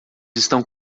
estão